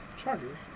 Chargers